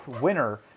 winner